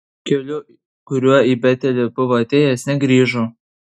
keliu kuriuo į betelį buvo atėjęs negrįžo